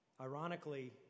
Ironically